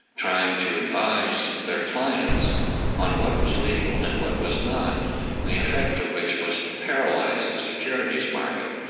trying to advise their clients on what was legal and what was not. and the effect of which was to paralyse the securities market,